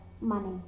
money